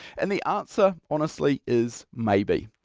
and the answer honestly is maybe.